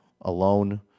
alone